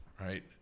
Right